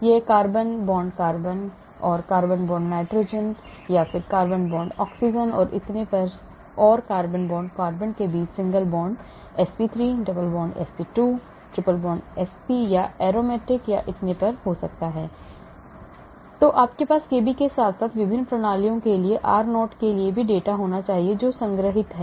यह carbon carbon और carbon nitrogen और कार्बन ऑक्सीजन और इतने पर और कार्बन कार्बन के बीच भी single bond sp3 double bond sp2 triple bond sp या एरोमैटिक और इतने पर हो सकता है तो आपके पास kb के साथ साथ विभिन्न प्रणालियों के लिए r0 के लिए वह डेटा होना चाहिए जो संग्रहीत है